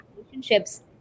relationships